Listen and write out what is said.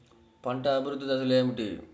పంట అభివృద్ధి దశలు ఏమిటి?